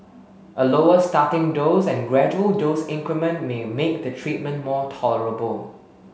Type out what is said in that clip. a lower starting dose and gradual dose increment may make the treatment more tolerable